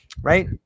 right